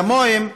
כמוהם,